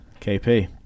KP